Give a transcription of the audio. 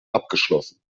abgeschlossen